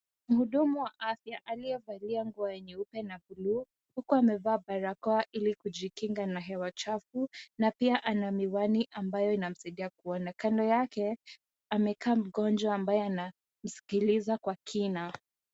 Mhudumu wa afya aliyevalia nguo ya nyeupe na buluu huku amevaa barakoa ili kujikinga na hewa chafu na pia ana miwani ambayo inayomsaidia kuona. Kando yake amekaa mgonjwa ambaye anamsikiliza kwa kina.